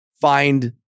find